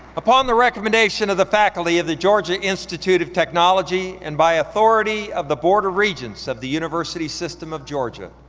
upon the recommendation of the faculty of the georgia institute of technology and by authority of the board of regents of the university system of georgia,